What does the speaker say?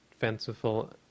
fanciful